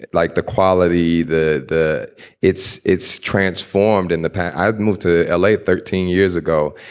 like the quality. the. the it's it's transformed in the past. i've moved to l a. thirteen years ago.